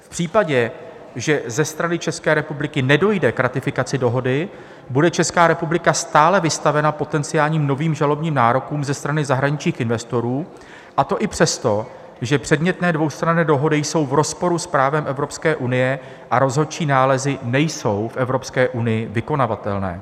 V případě, že ze strany České republiky nedojde k ratifikaci dohody, bude Česká republika stále vystavena potenciálním novým žalobním nárokům ze strany zahraničních investorů, a to i přesto, že předmětné dvoustranné dohody jsou v rozporu s právem Evropské unie a rozhodčí nálezy nejsou v Evropské unii vykonavatelné.